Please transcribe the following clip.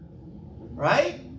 Right